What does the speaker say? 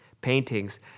paintings